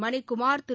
மணிக் குமார் திரு